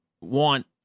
want